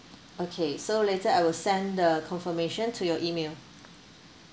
okay so later I will send the confirmation to your email